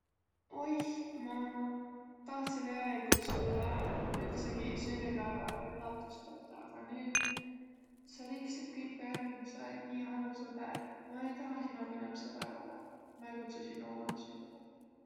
Oih, ma tahtsõ tegeligult sullõ üldsegi sünnüpäävä üllatust tetäq, aga nüüd sa rikset kõik är. Sa olõt nii halv sõber. Ma-i tahaq sinoga inämb sõbõr ollaq. Ma-i kutsuq sinno umalõ sünnüpääväle.